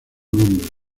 nombre